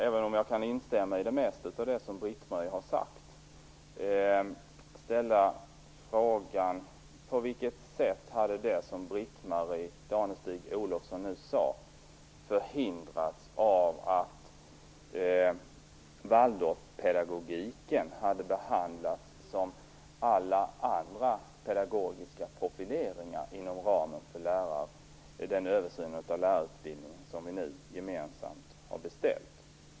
Även om jag kan instämma i det mesta av det som hon sade, ställer jag frågan: På vilket sätt hade det som Britt-Marie Danestig-Olofsson nu sade förhindrats av att Waldorfpedagogiken hade behandlats som alla andra pedagogiska profileringar inom ramen för den översyn av lärarutbildningen som vi nu gemensamt har beställt?